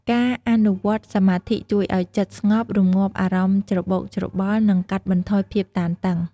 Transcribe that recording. ការអនុវត្តសមាធិជួយឱ្យចិត្តស្ងប់ រម្ងាប់អារម្មណ៍ច្របូកច្របល់ និងកាត់បន្ថយភាពតានតឹង។